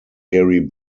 gary